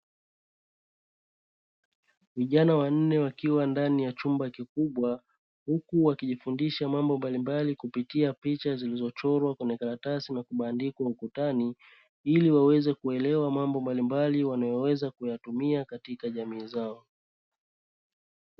Vijana wanne wakiwa ndani ya chumba kikubwa. Huku wakijifundisha mambo mbalimbali kupitia picha zilizochorwa kwenye karatasi na kubandikwa ukutani. Ili waweze kuelewa mambo mbalimbali wanayoweza kuyatumia katika jamii zao.